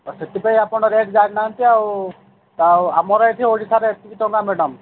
ତ ସେଥିପାଇଁ ଆପଣ ରେଟ୍ ଜାଣିନାହାଁନ୍ତି ଆଉ ତ ଆଉ ଆମର ଏଠି ଓଡ଼ିଶାରେ ଏତିକି ଟଙ୍କା ମ୍ୟାଡମ୍